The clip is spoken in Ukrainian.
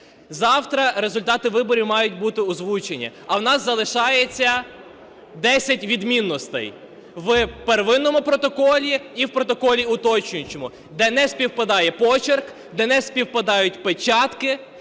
Завтра результати виборів мають бути озвучені. А в нас залишається десять відмінностей в первинному протоколі і в протоколі уточнюючому, де не співпадає почерк, де не співпадають печатки